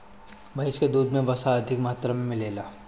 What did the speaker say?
भैस के दूध में वसा अधिका मात्रा में मिलेला